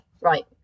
right